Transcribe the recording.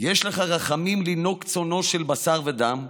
"יש לך רחמים לנהוג צאנו של בשר ודם,